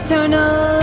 Eternal